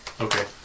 Okay